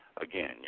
Again